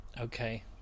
Okay